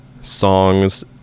songs